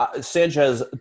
Sanchez